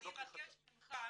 אז אני אבקש ממך